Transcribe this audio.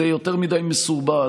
זה יותר מדי מסורבל,